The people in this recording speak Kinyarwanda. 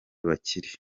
bakire